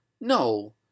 No